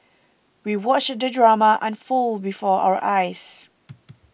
we watched the drama unfold before our eyes